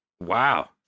Wow